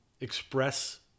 express